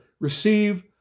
receive